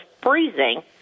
freezing